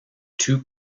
two